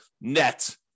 net